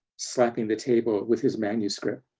slapping the table with his manuscript.